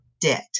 debt